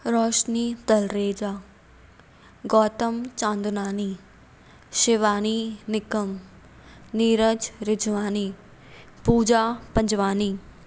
Roshni Talreja Gautam Chandnani Shivani Nikam Neeraj Rijwani Pooja Panjwani